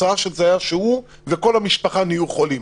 התוצאה של זה הייתה שהוא וכל המשפחה נהיו חולים.